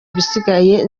ibisigaye